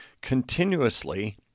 continuously